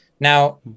Now